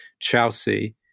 Chelsea